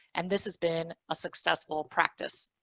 and this has been a successful practice.